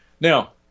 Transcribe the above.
Now